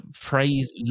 praise